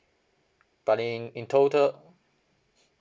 but in in total